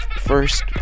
First